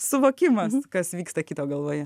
suvokimas kas vyksta kito galvoje